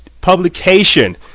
publication